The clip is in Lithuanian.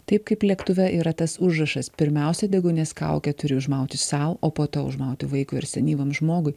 taip kaip lėktuve yra tas užrašas pirmiausia deguonies kaukę turi užmauti sau o po to užmauti vaikui ar senyvam žmogui